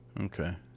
Okay